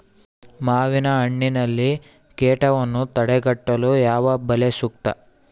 ಮಾವಿನಹಣ್ಣಿನಲ್ಲಿ ಕೇಟವನ್ನು ತಡೆಗಟ್ಟಲು ಯಾವ ಬಲೆ ಸೂಕ್ತ?